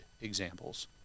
examples